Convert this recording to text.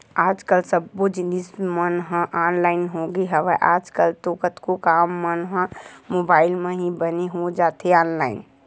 आज कल सब्बो जिनिस मन ह ऑनलाइन होगे हवय, आज कल तो कतको काम मन ह मुबाइल म ही बने हो जाथे ऑनलाइन